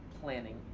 planning